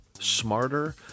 smarter